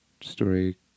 story